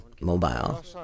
mobile